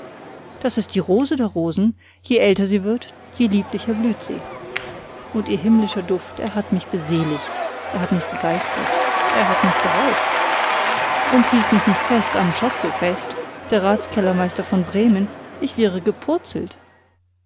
das ist die rose der rosen je älter sie wird je lieblicher blüht sie und ihr himmlischer duft er hat mich beseligt er hat mich begeistert er hat mich berauscht und hielt mich nicht fest am schopfe fest der ratskellermeister von bremen ich wäre gepurzelt